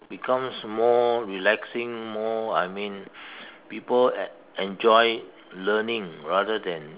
becomes more relaxing more I mean people e~ enjoy learning rather than